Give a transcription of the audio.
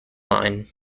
line